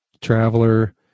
Traveler